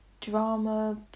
drama